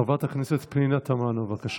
חברת הכנסת פנינה תמנו, בבקשה.